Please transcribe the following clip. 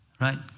Right